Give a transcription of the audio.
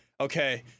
Okay